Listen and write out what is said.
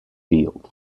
field